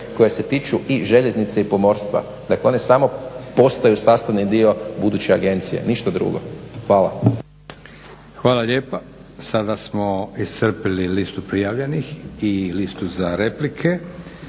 koje se tiču i željeznice i pomorstva. Dakle one samo postaju sastavni dio buduće agencije ništa drugo. Hvala. **Leko, Josip (SDP)** Hvala lijepa. Sada smo iscrpili listu prijavljenih i listu za replike.